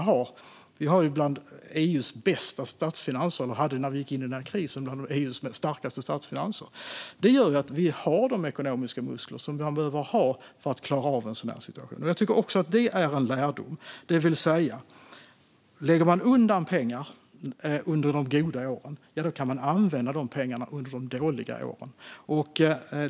När vi gick in i krisen hade vi bland de starkaste statsfinanserna i EU, och detta gör att vi har de ekonomiska muskler som behövs för att klara av en sådan här situation. Jag tycker att det är en lärdom att om man lägger undan pengar under de goda åren kan man använda dem under de dåliga åren.